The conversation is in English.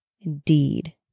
Indeed